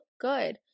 good